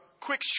quick